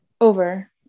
Over